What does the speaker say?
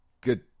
good